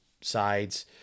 sides